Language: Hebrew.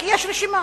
כי יש רשימה.